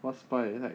what spy eh like